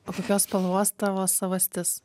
o kokios spalvos tavo savastis